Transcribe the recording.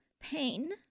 pain